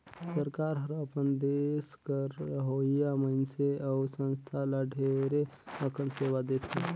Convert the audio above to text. सरकार हर अपन देस कर रहोइया मइनसे अउ संस्था ल ढेरे अकन सेवा देथे